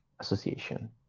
association